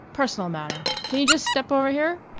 personal matter. can you jus' step over here?